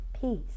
peace